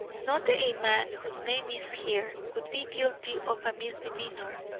not a man whose name is here would be guilty of a misdemeanour,